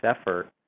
effort